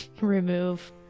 remove